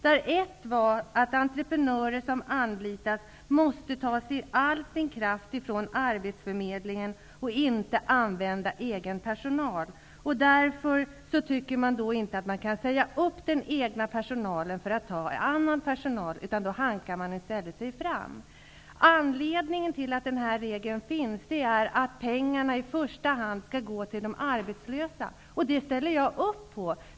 Ett exempel var att entreprenörer som anlitas måste ta all sin arbetskraft från arbetsförmedlingen och inte använda egen personal. Men man tycker inte att man kan säga upp den egna personalen för att ta annan personal, utan då hankar man sig i stället fram. Anledningen till att den här regeln finns är att pengarna i första hand skall gå till de arbetslösa. Det ställer jag upp på.